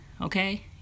okay